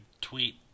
tweet